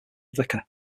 vicar